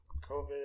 COVID